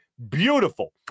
beautiful